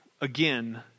again